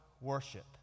worship